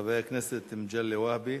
חבר הכנסת מגלי והבה.